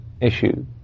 issue